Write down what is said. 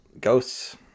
Ghosts